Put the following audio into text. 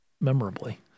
memorably